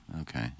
Okay